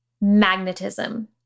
magnetism